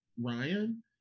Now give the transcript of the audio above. Ryan